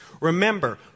Remember